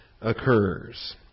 occurs